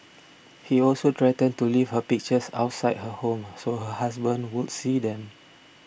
he also threatened to leave her pictures outside her home so her husband would see them